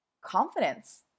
confidence